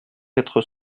quatre